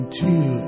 two